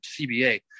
CBA